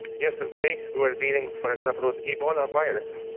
yesterday we were dealing, for example, with ebola virus.